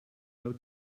low